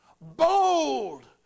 bold